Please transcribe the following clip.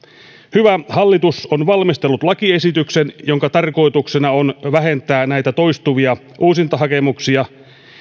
hyvä hallitus on valmistellut lakiesityksen jonka tarkoituksena on vähentää toistuvia uusintahakemuksia